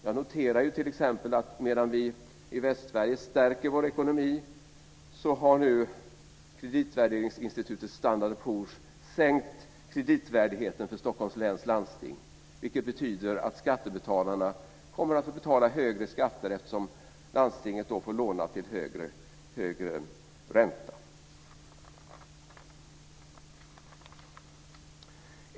Jag noterar t.ex. att medan vi i Västsverige stärker vår ekonomi så har nu kreditvärderingsinstitutet Standard & Poors sänkt kreditvärdigheten för Stockholms läns landsting, vilket betyder att skattebetalarna kommer att få betala högre skatter eftersom landstinget då får låna till högre ränta.